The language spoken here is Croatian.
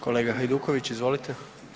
Kolega Hajduković, izvolite.